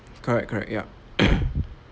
correct correct yup